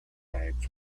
bags